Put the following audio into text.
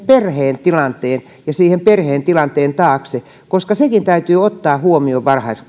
perheen tilanteen ja sen perheen tilanteen taakse koska sekin täytyy ottaa huomioon